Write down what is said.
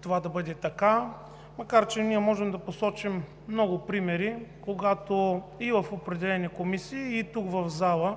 това да бъде така, макар че можем да посочим много примери, когато в определени комисии, а и тук, в залата,